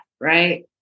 right